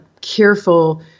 careful